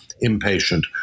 impatient